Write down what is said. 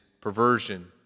perversion